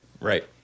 Right